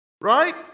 Right